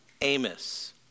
Amos